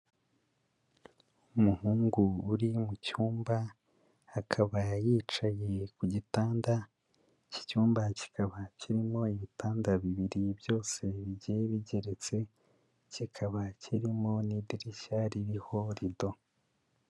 Umuhungu uri mu cyumba, akaba yicaye ku gitanda, iki cyumba kikaba kirimo ibitanda bibiri byose bigiye bigeretse, kikaba kirimo n'idirishya ririho rido.